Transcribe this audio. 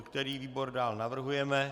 Který výbor dále navrhujeme?